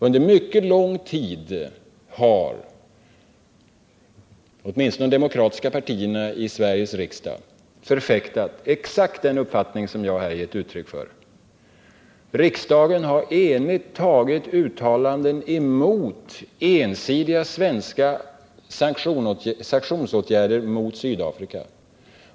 Under mycket lång tid har åtminstone de demokratiska partierna i Sveriges riksdag förfäktat exakt den uppfattning som jag här har givit uttryck för. Riksdagen har enigt gjort uttalanden mot ensidiga svenska sanktionsåtgärder mot Sydafrika.